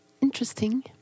interesting